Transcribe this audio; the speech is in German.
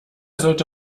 sollte